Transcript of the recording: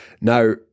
Now